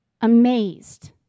amazed